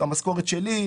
את המשכורת שלי,